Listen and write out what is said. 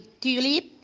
tulip